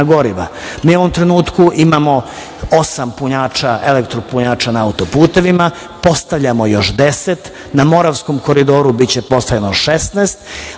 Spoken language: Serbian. u ovom trenutku imamo osam eletktropunjača na auto-putevima, postavljamo još deset. Na Moravskom koridoru biće postavljeno 16,